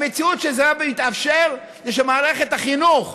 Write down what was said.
המציאות שבה זה מתאפשר זה שמערכת החינוך,